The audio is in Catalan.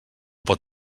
pot